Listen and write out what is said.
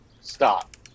stop